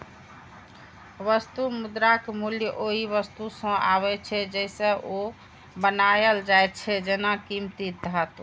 वस्तु मुद्राक मूल्य ओइ वस्तु सं आबै छै, जइसे ओ बनायल जाइ छै, जेना कीमती धातु